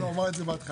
הוא אמר את זה בהתחלה.